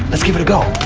let's give it a go!